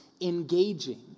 engaging